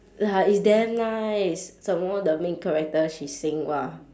ya it's damn nice some more the main character she sing !wah!